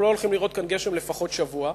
אנחנו לא הולכים לראות כאן גשם לפחות שבוע.